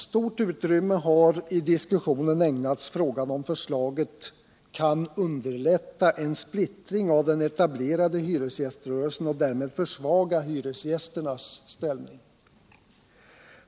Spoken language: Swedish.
Stort utrymme har i diskussionen ägnats frågan om förslaget kan underlätta en splittring av den etablerade hyresgiströrelsen och därmed försvaga hyresgästernas ställning.